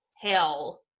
hell